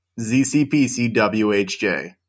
ZCPCWHJ